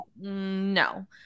no